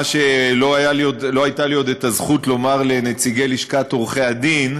מה שלא הייתה לי עוד את הזכות לומר לנציגי לשכת עורכי-הדין,